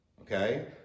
okay